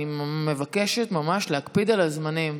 אני מבקשת ממש להקפיד על הזמנים.